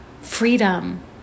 Freedom